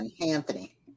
Anthony